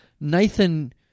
Nathan